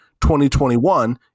2021